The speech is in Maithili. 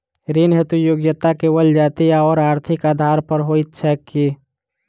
ऋण हेतु योग्यता केवल जाति आओर आर्थिक आधार पर होइत छैक की?